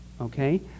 okay